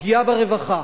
הפגיעה ברווחה,